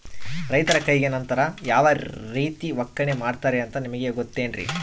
ರೈತರ ಕೈಗೆ ನಂತರ ಯಾವ ರೇತಿ ಒಕ್ಕಣೆ ಮಾಡ್ತಾರೆ ಅಂತ ನಿಮಗೆ ಗೊತ್ತೇನ್ರಿ?